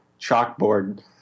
chalkboard